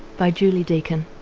by julie deakin.